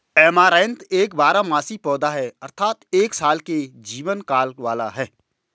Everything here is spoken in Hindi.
ऐमारैंथ एक बारहमासी पौधा है अर्थात एक साल के जीवन काल वाला है